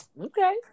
Okay